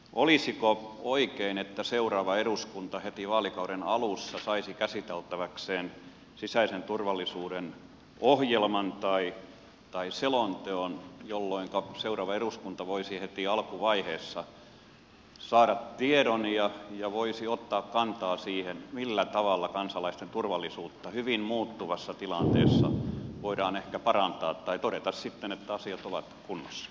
olisiko oikein että seuraava eduskunta heti vaalikauden alussa saisi käsiteltäväkseen sisäisen turvallisuuden ohjelman tai selonteon jolloinka seuraava eduskunta voisi heti alkuvaiheessa saada tiedon ja voisi ottaa kantaa siihen millä tavalla kansalaisten turvallisuutta hyvin muuttuvassa tilanteessa voidaan ehkä parantaa tai todeta sitten että asiat ovat kunnossa